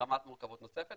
רמת מורכבות נוספת,